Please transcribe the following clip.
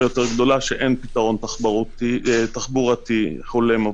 יותר גדולה שאין פתרון תחבורתי הולם עבורה.